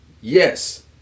Yes